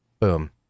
Boom